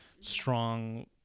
strong